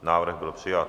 Návrh byl přijat.